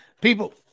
people